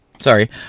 Sorry